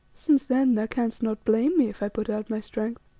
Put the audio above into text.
since then thou canst not blame me if i put out my strength.